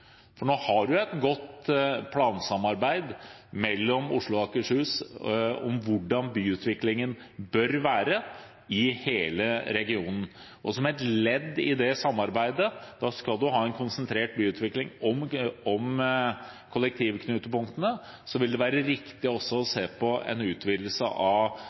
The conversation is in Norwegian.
har et godt plansamarbeid mellom Oslo og Akershus om hvordan byutviklingen bør være i hele regionen. Som et ledd i det samarbeidet skal man ha en konsentrert byutvikling om kollektivknutepunktene, og da vil det være riktig å se på en utvidelse av